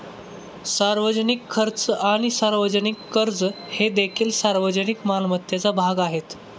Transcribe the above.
सार्वजनिक खर्च आणि सार्वजनिक कर्ज हे देखील सार्वजनिक मालमत्तेचा भाग आहेत